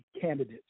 candidates